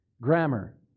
grammar